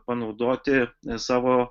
panaudoti savo